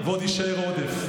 מה זה עולב שבעולב?